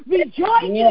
Rejoice